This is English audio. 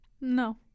No